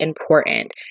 important